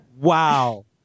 Wow